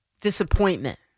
disappointment